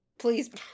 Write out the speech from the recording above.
Please